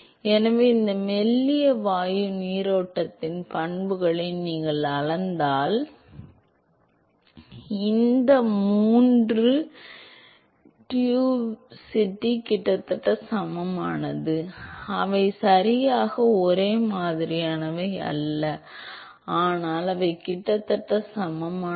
எனவே இந்த மெல்லிய வாயு நீரோட்டத்தின் பண்புகளை நீங்கள் அளந்தால் இந்த மூன்று உந்தம் டிஃப்யூசிவிட்டி கிட்டத்தட்ட சமமானது அவை சரியாக ஒரே மாதிரியானவை அல்ல ஆனால் அவை கிட்டத்தட்ட சமமானவை